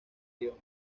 guion